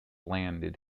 landed